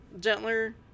gentler